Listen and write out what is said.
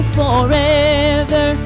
forever